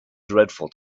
dreadful